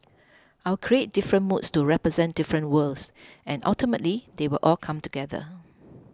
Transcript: I'll create different moods to represent different worlds and ultimately they will all come together